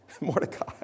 Mordecai